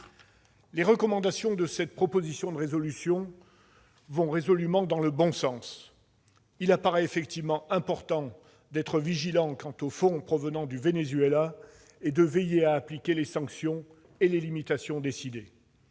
qui fait rage. Cette proposition de résolution va résolument dans le bon sens : il apparaît effectivement important d'être vigilant quant aux fonds provenant du Venezuela et de veiller à appliquer les sanctions et les limitations décidées.